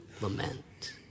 lament